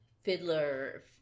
Fiddler